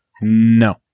No